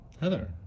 Heather